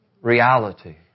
reality